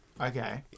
Okay